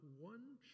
one